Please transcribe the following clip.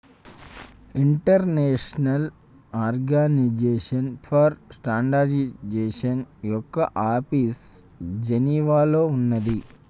international organization for standardization యొక్క office జెనీవాలో ఉన్నాది